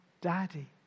Daddy